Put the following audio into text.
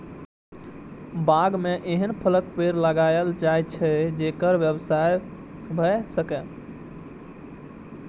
बाग मे एहन फलक पेड़ लगाएल जाए छै, जेकर व्यवसाय भए सकय